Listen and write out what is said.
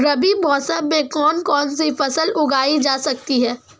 रबी मौसम में कौन कौनसी फसल उगाई जा सकती है?